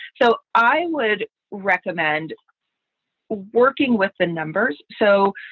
so i would recommend working with the numbers. so.